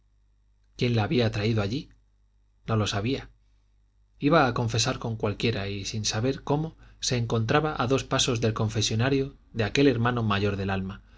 quién la había traído allí no lo sabía iba a confesar con cualquiera y sin saber cómo se encontraba a dos pasos del confesonario de aquel hermano mayor del alma